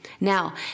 Now